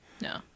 No